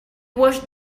washed